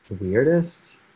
weirdest